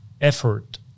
effort